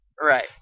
Right